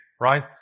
right